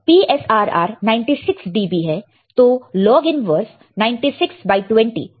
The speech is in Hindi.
PSRR 96 dB है तो लॉग इनवर्स 9620 का वैल्यू 63000 है